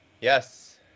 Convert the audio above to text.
Yes